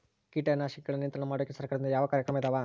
ಕೇಟನಾಶಕಗಳ ನಿಯಂತ್ರಣ ಮಾಡೋಕೆ ಸರಕಾರದಿಂದ ಯಾವ ಕಾರ್ಯಕ್ರಮ ಇದಾವ?